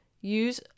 use